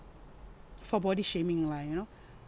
for body shaming lah you know